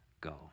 go